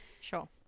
sure